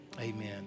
amen